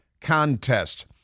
contest